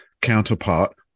counterpart